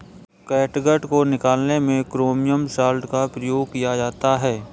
catgut को निकालने में क्रोमियम सॉल्ट का प्रयोग किया जाता है